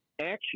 action